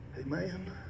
Amen